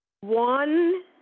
one